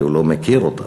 כי הוא לא מכיר אותם